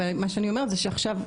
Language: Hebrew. אבל מה שאני אומרת זה שעכשיו,